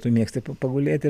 tu mėgsti pagulėti